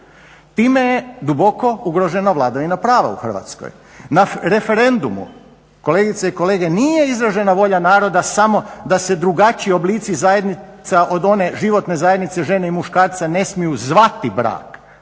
Time je duboko ugrožena vladavina prava u Hrvatskoj. Na referendumu kolegice i kolege, nije izražena volja naroda samo da se drugačiji oblici zajednica od one životne zajednice žene i muškarca ne smiju zvati brak,